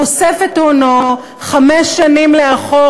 חושף את הונו חמש שנים לאחור.